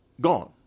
gone